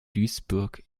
duisburg